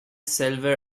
silver